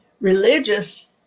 religious